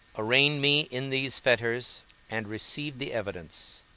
arraigned me in these fetters and received the evidence